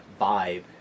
vibe